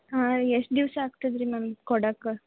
ಹಾಂ ಎಷ್ಟು ದಿವಸ ಆಗ್ತದ್ರಿ ಮ್ಯಾಮ್ ಕೊಡಕ್ಕೆ